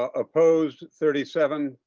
ah opposed thirty seven.